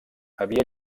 havia